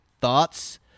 thoughts